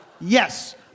Yes